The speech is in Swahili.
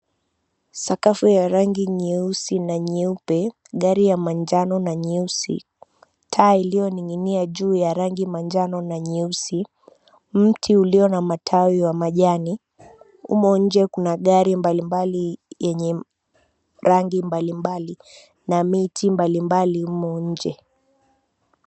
Sakafu ya rangi nyeusi na nyeupe, gari ya manjano na nyeusi, taa iliyoning'inia juu ya rangi manjano na nyeusi, mti ulio na matawi wa majani. Humo nje kuna gari mbalimbali yenye rangi mbalimbali na miti mbalimbali humo nje.